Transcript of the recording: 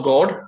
God